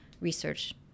research